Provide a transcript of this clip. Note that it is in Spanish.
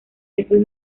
estos